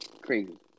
Crazy